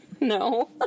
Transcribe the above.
No